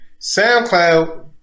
SoundCloud